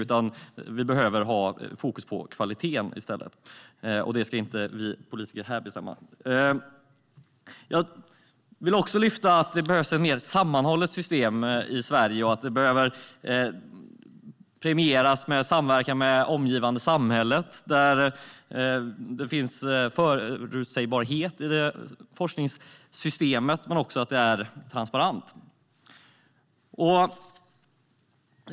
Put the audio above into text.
Vi behöver i stället ha fokus på kvaliteten, och det ska inte vi politiker här bestämma. Jag vill också lyfta fram att det behövs ett mer sammanhållet system i Sverige och att vi behöver premiera samverkan med det omgivande samhället. Det behöver finnas förutsägbarhet i forskningssystemet, men det ska även vara transparent.